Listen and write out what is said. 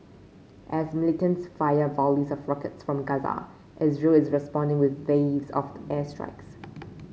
as militants fire volleys of rockets from Gaza Israel is responding with waves of the airstrikes